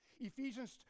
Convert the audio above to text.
Ephesians